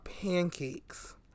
pancakes